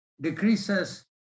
decreases